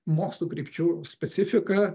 mokslų krypčių specifika